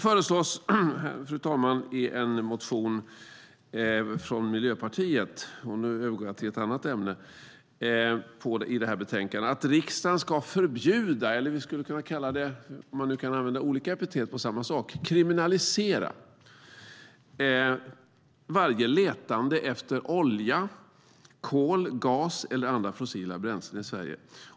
Fru talman! Jag övergår till ett annat ämne i betänkandet. Nu föreslås i en motion från Miljöpartiet att riksdagen ska förbjuda eller - om vi använder olika epitet för samma sak - kriminalisera varje letande efter olja, kol, gas eller andra fossila bränslen i Sverige.